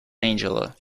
angela